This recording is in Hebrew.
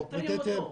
החוק מתייתר.